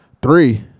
Three